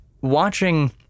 Watching